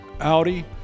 Audi